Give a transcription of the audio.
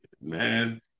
man